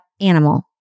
animal